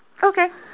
okay